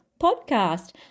podcast